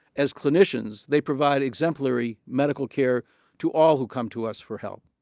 as clinicians they provide exemplary medical care to all who come to us for help.